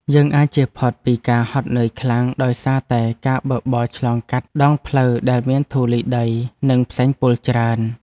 យើងអាចជៀសផុតពីការហត់នឿយខ្លាំងដោយសារតែការបើកបរឆ្លងកាត់ដងផ្លូវដែលមានធូលីដី និងផ្សែងពុលច្រើន។